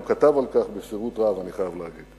הוא כתב על כך בפירוט רב, אני חייב להגיד.